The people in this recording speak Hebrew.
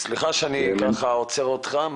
סליחה שאני ככה עוצר אותך.